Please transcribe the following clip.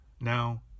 now